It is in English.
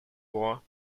war